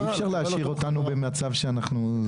אי אפשר להשאיר אותנו במצב שאנחנו.